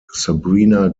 sabrina